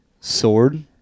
sword